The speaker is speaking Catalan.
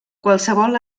qualsevol